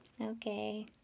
Okay